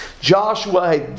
Joshua